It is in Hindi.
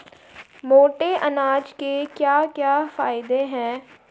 मोटे अनाज के क्या क्या फायदे हैं?